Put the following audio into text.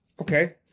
okay